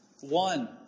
One